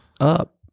up